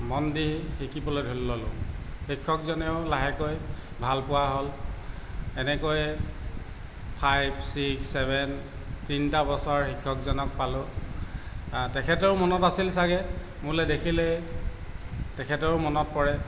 মন দি শিকিবলৈ ধৰি ললোঁ শিক্ষকজনেও লাহেকৈ ভাল পোৱা হ'ল এনেকৈ ফাইভ ছিক্স ছেভেন তিনিটা বছৰ শিক্ষকজনক পালোঁ তেখেতৰো মনত আছিল চাগে মোলৈ দেখিলেই তেখেতৰো মনত পৰে